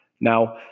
Now